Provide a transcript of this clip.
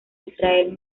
israel